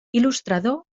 il·lustrador